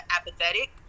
apathetic